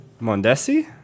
Mondesi